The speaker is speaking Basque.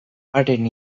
haren